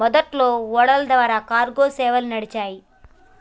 మొదట్లో ఓడల ద్వారా కార్గో సేవలు నడిచినాయ్